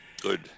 Good